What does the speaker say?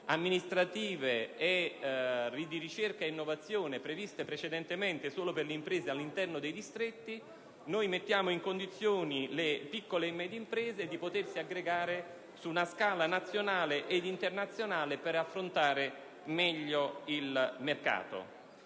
amministrative e di ricerca e innovazione, previste precedentemente solo per le imprese all'interno dei distretti, noi mettiamo in condizione le piccole e medie imprese di aggregarsi su scala nazionale ed internazionale per affrontare meglio il mercato.